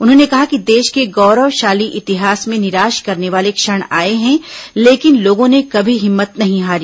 उन्होंने कहा कि देश के गौरवशाली इतिहास में निराश करने वाले क्षण आए हैं लेकिन लोगों ने कभी हिम्मत नहीं हारी